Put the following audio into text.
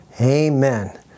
Amen